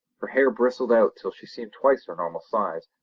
her hair bristled out till she seemed twice her normal size,